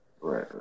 Right